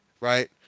right